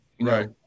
Right